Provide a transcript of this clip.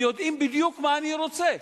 הם יודעים בדיוק מה אני רוצה.